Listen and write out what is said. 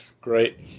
Great